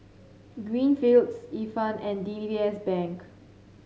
Greenfields Ifan and D B B S Bank